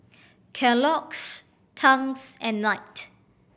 Kellogg's Tangs and Knight